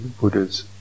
Buddha's